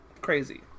crazy